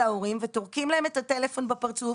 ההורים וטורקים להם את הטלפון בפרצוף,